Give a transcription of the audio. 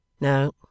No